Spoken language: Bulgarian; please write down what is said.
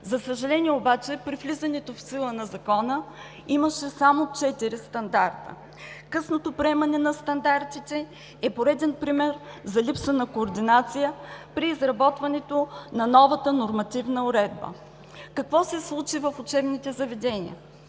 За съжаление, обаче при влизането в сила на Закона имаше само четири стандарта. Късното приемане на стандартите е пореден пример за липса на координация при изработването на новата нормативна уредба. Какво се случи в учебните заведения?